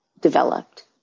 developed